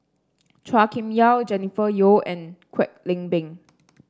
Chua Kim Yeow Jennifer Yeo and Kwek Leng Beng